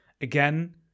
again